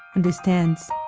understands